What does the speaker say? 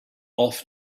off